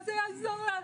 מה זה יעזור לך?